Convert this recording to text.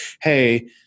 hey